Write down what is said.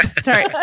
Sorry